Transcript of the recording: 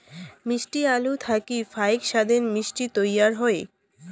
মিষ্টি আলু থাকি ফাইক সাদের মিষ্টি তৈয়ার হই